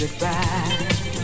goodbye